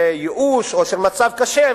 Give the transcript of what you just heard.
ייאוש או של מצב קשה,